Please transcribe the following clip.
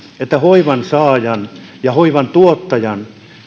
että hoivan saajan ja hoivan tuottajan